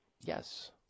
Yes